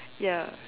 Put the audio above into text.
ya